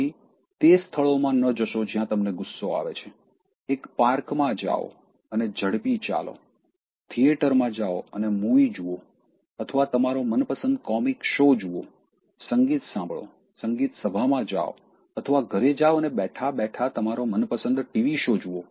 તેથી તે સ્થળોમાં ન જશો જ્યાં તમને ગુસ્સો આવે છે એક પાર્કમાં જાઓ અને ઝડપી ચાલો થિયેટરમાં જાઓ અને મૂવી જુઓ અથવા તમારો મનપસંદ કોમિક શો જુઓ સંગીત સાંભળો સંગીત સભામાં જાઓ અથવા ઘરે જાવ અને બેઠા બેઠા તમારો મનપસંદ ટીવી શો જુઓ